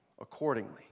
accordingly